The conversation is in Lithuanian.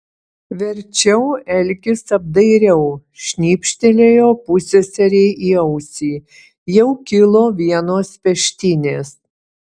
verčiau elkis apdairiau šnypštelėjo pusseserei į ausį jau kilo vienos peštynės